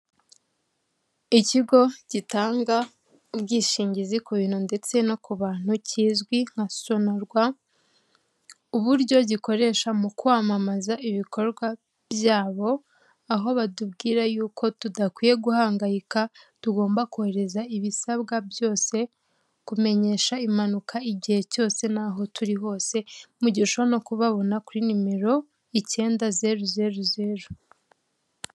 Ikigo gitanga ubwishingizi ku bintu ndetse no ku bantu kizwi nka Sonarwa, uburyo gikoresha mu kwamamaza ibikorwa byabo aho batubwira yuko tudakwiye guhangayika tugomba kohereza ibisabwa byose kumenyesha impanuka igihe cyose naho turi hose, mu gihe ushobora no kubabona kuri nimero icyenda zeru zeru zeru.